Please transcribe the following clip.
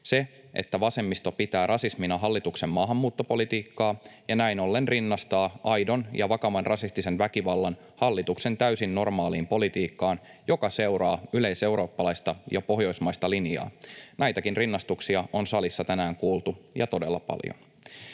uhriksi. Vasemmisto pitää rasismina hallituksen maahanmuuttopolitiikkaa ja näin ollen rinnastaa aidon ja vakavan rasistisen väkivallan hallituksen täysin normaaliin politiikkaan, joka seuraa yleiseurooppalaista ja pohjoismaista linjaa — näitäkin rinnastuksia on salissa tänään kuultu ja todella paljon.